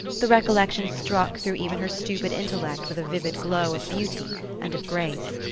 the recollection struck through even her stupid intellect with a vivid glow of beauty and of grace.